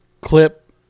clip